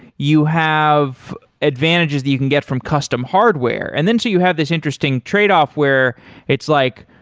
you have advantages that you can get from custom hardware, and then so you have this interesting trade-off where it's like,